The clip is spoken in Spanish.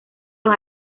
los